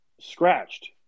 scratched